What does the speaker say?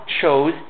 chose